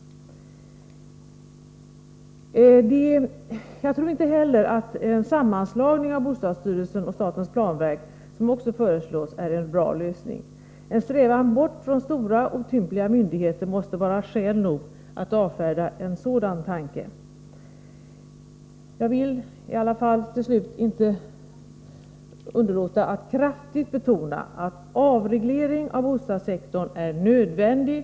Jag tror inte heller att en sammanslagning av bostadsstyrelsen och statens planverk, som också föreslås, är en bra lösning. En strävan bort från stora och otympliga myndigheter måste vara skäl nog att avfärda en sådan tanke. Jag vill till slut inte underlåta att kraftigt betona att en avreglering av bostadssektorn är nödvändig.